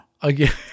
again